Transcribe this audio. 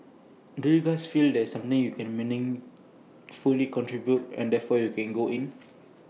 do you feel that there's something you can meaningfully contribute and therefore you go in